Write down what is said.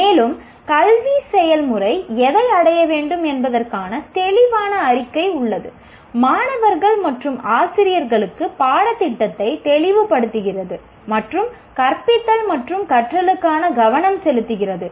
மேலும் கல்வி செயல்முறை எதை அடைய வேண்டும் என்பதற்கான தெளிவான அறிக்கை உள்ளது மாணவர்கள் மற்றும் ஆசிரியர்களுக்கு பாடத்திட்டத்தை தெளிவுபடுத்துகிறது மற்றும் கற்பித்தல் மற்றும் கற்றலுக்கான கவனம் செலுத்துகிறது